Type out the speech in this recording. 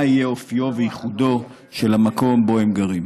מה יהיה אופיו וייחודו של המקום שבו הם גרים.